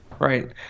Right